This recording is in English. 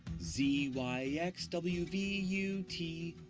z, y, x, w, v, u, t,